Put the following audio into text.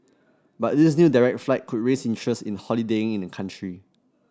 but this new direct flight could raise interest in holidaying in the country